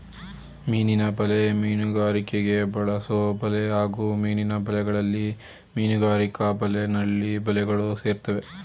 ಮೀನಿನ ಬಲೆ ಮೀನುಗಾರಿಕೆಗೆ ಬಳಸೊಬಲೆ ಹಾಗೂ ಮೀನಿನ ಬಲೆಗಳಲ್ಲಿ ಮೀನುಗಾರಿಕಾ ಬಲೆ ನಳ್ಳಿ ಬಲೆಗಳು ಸೇರ್ತವೆ